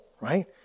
right